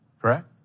correct